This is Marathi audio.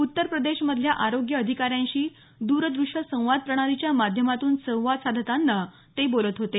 उत्तर प्रदेशमधल्या आरोग्य अधिकाऱ्यांशी दूरदृष्यसंवाद प्रणालीचा माध्यमातून संवाद साधताना ते बोलत होते